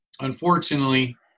unfortunately